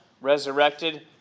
resurrected